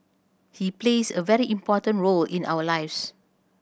he plays a very important role in our lives